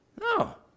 No